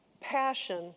passion